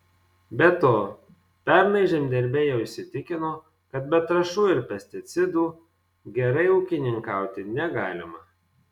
be to pernai žemdirbiai jau įsitikino kad be trąšų ir pesticidų gerai ūkininkauti negalima